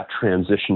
transition